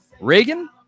Reagan